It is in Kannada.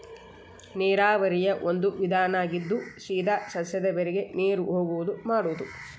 ನೇರಾವರಿಯ ಒಂದು ವಿಧಾನಾ ಆಗಿದ್ದು ಸೇದಾ ಸಸ್ಯದ ಬೇರಿಗೆ ನೇರು ಹೊಗುವಂಗ ಮಾಡುದು